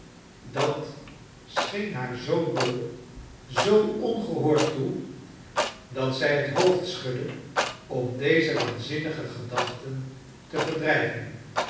dat scheen haar zoo dol zoo ongehoord toe dat zij het hoofd schudde om deze waanzinnige gedachten te verdrijven